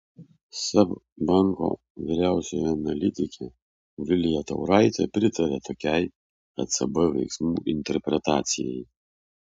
seb banko vyriausioji analitikė vilija tauraitė pritaria tokiai ecb veiksmų interpretacijai